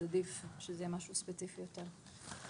עדיף שזה יהיה משהו ספציפי יותר.